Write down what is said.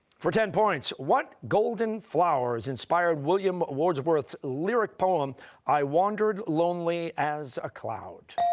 for ten points what golden flowers inspired william wordsworth's lyric poem i wandered lonely as a cloud?